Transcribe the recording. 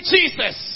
Jesus